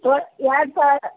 ತೋ ಎರ್ಡು ಸಾವಿರ